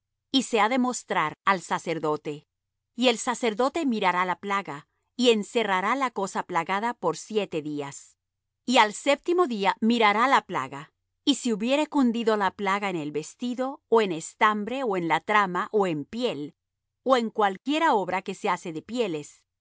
y se ha de mostrar al sacerdote y el sacerdote mirará la plaga y encerrará la cosa plagada por siete días y al séptimo día mirará la plaga y si hubiere cundido la plaga en el vestido ó estambre ó en la trama ó en piel ó en cualquiera obra que se hace de pieles